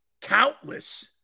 Countless